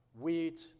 wheat